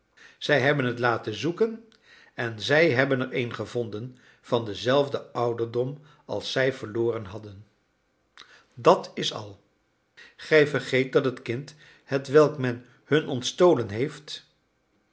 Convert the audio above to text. zij hebben het laten zoeken en zij hebben er een gevonden van denzelfden ouderdom als zij verloren hadden dat is al gij vergeet dat het kind hetwelk men hun ontstolen heeft